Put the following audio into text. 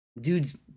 Dude's